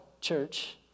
church